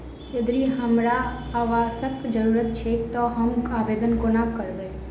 यदि हमरा आवासक जरुरत छैक तऽ हम आवेदन कोना करबै?